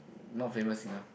not famous enough